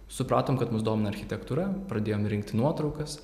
supratom kad mus domina architektūra pradėjom rinkti nuotraukas